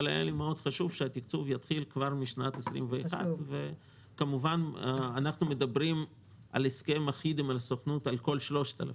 אבל היה לי חשוב מאוד שהתקצוב יתחיל כבר בשנת 21. אנחנו מדברים על הסכם אחיד עם הסוכנות על כל ה-3,000,